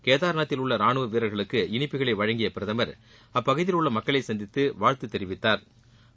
கேதர்நாத்தில் உள்ள ராணுவ வீரர்களுக்கு இனிப்புகளை வழங்கிய பிரதமர் அப்பகுதியில் உள்ள மக்களை சந்தித்து வாழ்த்து தெரிவித்தாா்